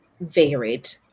varied